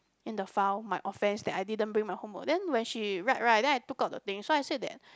in the file my offence that I didn't bring my homework then when she write right that I took out the thing so I said that